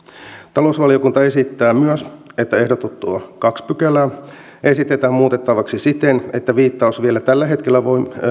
talousvaliokunta esittää myös että ehdotettua toista pykälää esitetään muutettavaksi siten että viittaus vielä tällä hetkellä